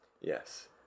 Yes